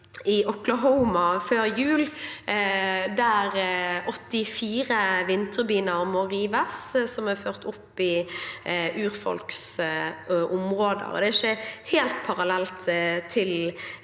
i Oklahoma før jul, der 84 vindturbiner som er ført opp i urfolks områder, må rives. Det er ikke helt parallelt til